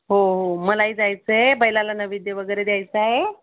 हो हो मलाही जायचं आहे बैलाला नैवेद्य वगेैरे द्यायचा आहे